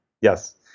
yes